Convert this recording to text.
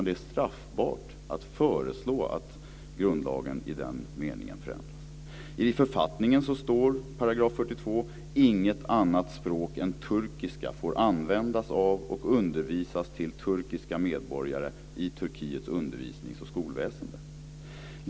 Det är straffbart att föreslå att grundlagen i den meningen förändras. I författningen står det i § 42 att inget annat språk än turkiska får användas av och undervisas till turkiska medborgare i Turkiets undervisnings och skolväsende.